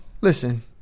Listen